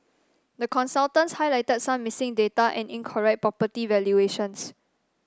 the consultants highlighted some missing data and incorrect property valuations